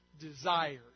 desires